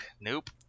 nope